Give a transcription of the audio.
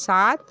सात